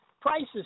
prices